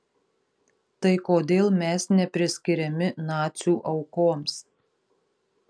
tai kodėl mes nepriskiriami nacių aukoms